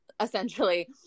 essentially